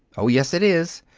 oh, yes, it is!